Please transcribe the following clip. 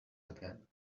again